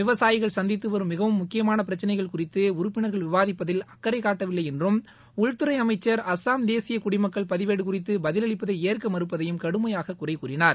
விவசாயிகள் சந்தித்து வரும் மிகவும் முக்கியமான பிரச்சனைகள் குறித்து உறுப்பினர்கள் விவாதிப்பதில் அக்கரை காட்டவில்லை என்றும் உள்துறை அமைச்சர் அளம் தேசிய குடிமக்கள் பதிவேடு குறித்து பதில் அளிப்பதை ஏற்க மறுப்பதையும் கடுமையாக குறை கூறினார்